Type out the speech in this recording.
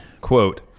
Quote